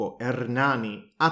Ernani